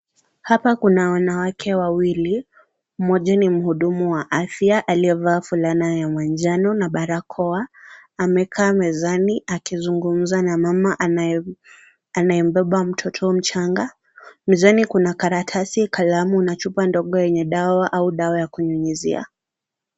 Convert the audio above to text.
Hapa kuna wanawake wawili, mmoja ni mhudumu wa afya aliyevaa fulana ya manjano na barakoa, amekaa mezani akizungumza na mama anayembeba mtoto mchanga. Mezani kuna karatasi kalamu na chupa ndogo yenye dawa au dawa ya kunyunyizia.